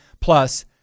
plus